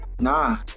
nah